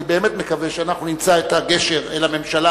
אני באמת מקווה שאנחנו נמצא את הגשר אל הממשלה,